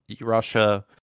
Russia